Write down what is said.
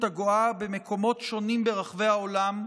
הגואה במקומות שונים ברחבי העולם,